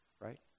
right